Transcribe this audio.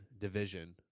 division